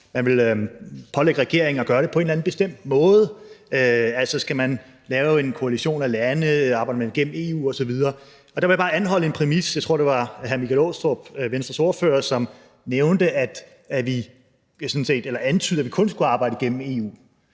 man vil pålægge regeringen at gøre det på en bestemt måde, i forhold til at man så skal lave en koalition af lande, arbejde gennem EU osv. Og der vil jeg bare anholde en præmis. Jeg tror, det var hr. Michael Aastrup Jensen, Venstres ordfører, som nævnte eller antydede, at vi kun skulle arbejde igennem EU.